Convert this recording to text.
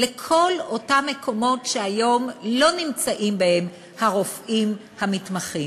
לכל אותם מקומות שהיום לא נמצאים בהם הרופאים המתמחים.